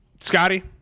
scotty